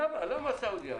למה סעודיה?